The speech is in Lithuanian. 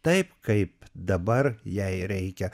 taip kaip dabar jai reikia